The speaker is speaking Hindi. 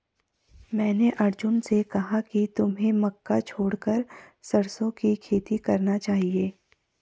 मैंने अर्जुन से कहा कि तुम्हें मक्का छोड़कर सरसों की खेती करना चाहिए